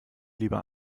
lieber